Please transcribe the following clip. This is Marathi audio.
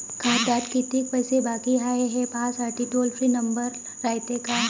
खात्यात कितीक पैसे बाकी हाय, हे पाहासाठी टोल फ्री नंबर रायते का?